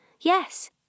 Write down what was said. Yes